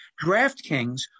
DraftKings